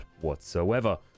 whatsoever